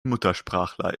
muttersprachler